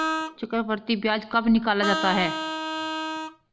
चक्रवर्धी ब्याज कब निकाला जाता है?